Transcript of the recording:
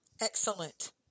Excellent